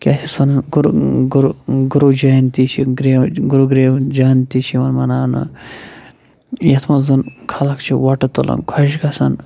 کیاہ چھِو وَنَان گُر گُر گُروجینتی چھِ گ گُرو گریو جینتی چھِ یِوان م مَناونہٕ یَتھ منٛز زَن خلق چھِ وۄٹہٕ تُلان خۄش گژھان